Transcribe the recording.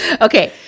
Okay